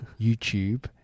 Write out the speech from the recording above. YouTube